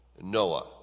Noah